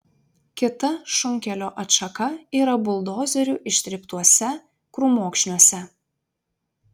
kita šunkelio atšaka yra buldozerių ištryptuose krūmokšniuose